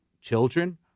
children